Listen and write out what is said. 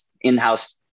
in-house